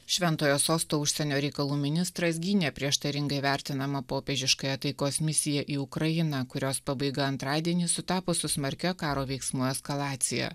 šventojo sosto užsienio reikalų ministras gynė prieštaringai vertinamą popiežiškąją taikos misiją į ukrainą kurios pabaiga antradienį sutapo su smarkia karo veiksmų eskalacija